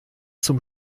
zum